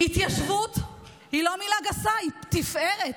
התיישבות היא לא מילה גסה, היא תפארת.